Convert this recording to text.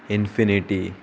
infinity